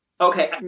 Okay